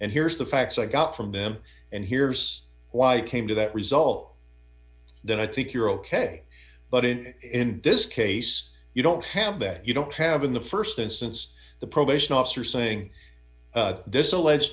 and here's the facts i got from them and here's why i came to that result then i think you're ok but in in this case you don't have that you don't have in the st instance the probation officer saying this alleged